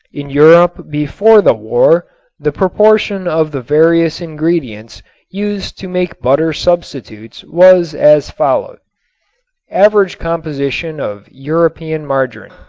in europe before the war the proportion of the various ingredients used to make butter substitutes was as follows average composition of european margarin